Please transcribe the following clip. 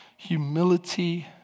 humility